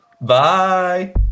Bye